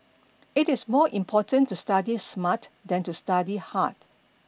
it is more important to study smart than to study hard